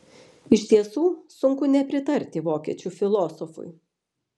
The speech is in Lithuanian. iš tiesų sunku nepritarti vokiečių filosofui